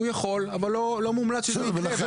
הוא יכול אבל לא מומלץ שזה יקרה.